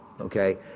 okay